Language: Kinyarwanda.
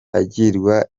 agirwa